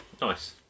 Nice